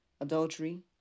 adultery